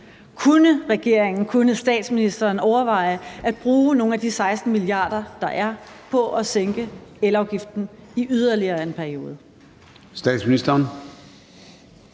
Kunne regeringen og statsministeren overveje at bruge nogle af de 16 mia. kr., der er, på at sænke elafgiften i yderligere en periode?